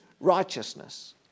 righteousness